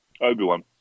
Obi-Wan